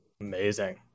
Amazing